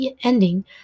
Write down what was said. ending